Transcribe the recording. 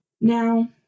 Now